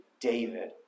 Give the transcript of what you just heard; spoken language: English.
David